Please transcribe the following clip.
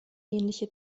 ähnliche